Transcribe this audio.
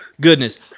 goodness